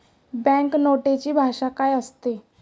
Bank नोटेची भाषा काय असते?